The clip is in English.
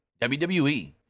WWE